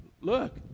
Look